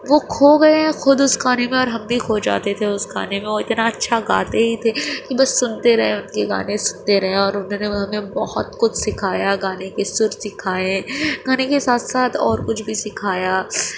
وہ کھو گئے ہیں خود اس گانے میں اور ہم بھی کھو جاتے تھے اس گانے میں اور اتنا اچھا گاتے ہی تھے کہ بس سنتے رہیں ان کے گانے سنتے رہیں اور انہوں نے ہمیں بہت کچھ سکھایا گانے کے سر سکھائے گانے کے ساتھ ساتھ اور کچھ بھی سکھایا